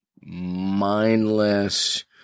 mindless